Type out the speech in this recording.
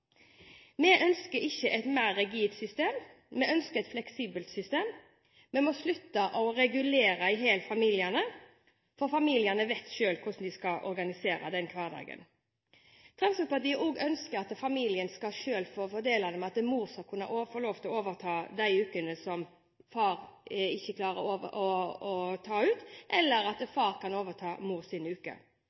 Vi ønsker ikke et mer rigid system, vi ønsker et fleksibelt system. Vi må slutte å regulere familiene i hjel, for familiene vet selv hvordan de skal organisere hverdagen. Fremskrittspartiet ønsker også at familien selv skal få fordele det ved at mor også skal få lov til å overta de ukene som far ikke klarer å ta ut, eller at far kan overta